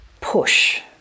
push